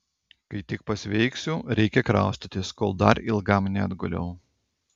kai tik pasveiksiu reikia kraustytis kol dar ilgam neatguliau